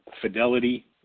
fidelity